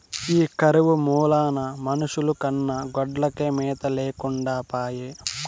ఈ కరువు మూలాన మనుషుల కన్నా గొడ్లకే మేత లేకుండా పాయె